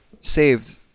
saved